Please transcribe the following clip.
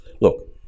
look